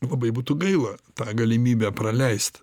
labai būtų gaila tą galimybę praleist